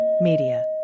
Media